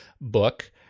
book